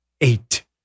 eight